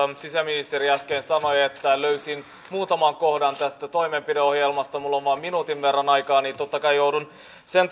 sisäministeri äsken sanoi että löysin muutaman kohdan tästä toimenpideohjelmasta minulla on vain minuutin verran aikaa niin että totta kai joudun sen